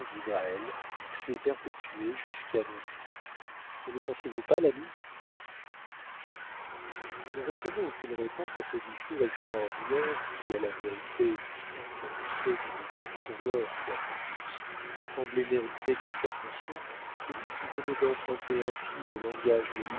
s'est perpétuée jusqu'à nos jours ne le pensez-vous pas l'ami ne recevant aucune réponse à ce discours extraordinaire qui à la vérité étant prononcé d'une voix sonore quoique douce semblait mériter quelque attention celui qui venait d'emprunter ainsi le langage